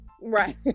right